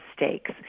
mistakes